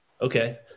Okay